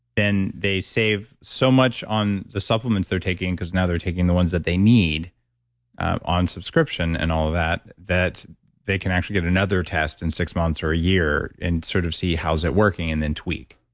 then they save so much on the supplements they're taking. because now they're taking the ones that they need on subscription and all of that, that they can actually get another test in six months or a year and sort of see how is it working and then tweak